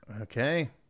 Okay